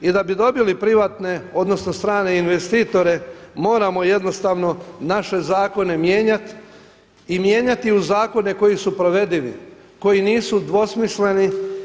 I da bi dobili privatne, odnosno strane investitore moramo jednostavno naše zakone mijenjati i mijenjati u zakone koji su provedivi, koji nisu dvosmisleni.